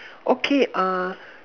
okay ah